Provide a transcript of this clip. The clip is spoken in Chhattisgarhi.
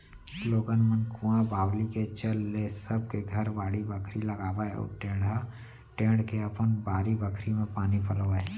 लोगन मन कुंआ बावली के चल ले सब के घर बाड़ी बखरी लगावय अउ टेड़ा टेंड़ के अपन बारी बखरी म पानी पलोवय